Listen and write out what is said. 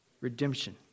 Redemption